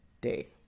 day